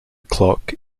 clock